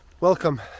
Welcome